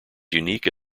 unique